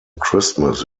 christmas